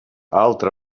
altra